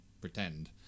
pretend